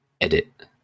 edit